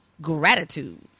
gratitude